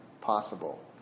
possible